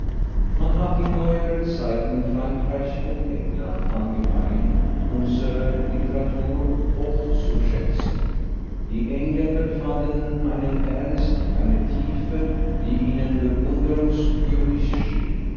man hat in neuerer zeit in frankreich und england angefangen unsere literatur hochzuschätzen die engländer fanden einen ernst eine tiefe die ihnen bewunderungswürdig schien